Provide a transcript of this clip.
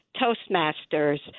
Toastmasters